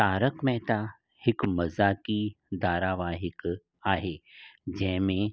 तारक मेहता हिकु मज़ाकी धारावायिक आहे जंहिंमें